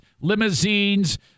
limousines